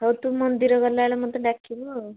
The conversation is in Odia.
ହଉ ତୁ ମନ୍ଦିର ଗଲା ବେଳେ ମୋତେ ଡାକିବୁ ଆଉ